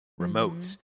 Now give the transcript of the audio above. remotes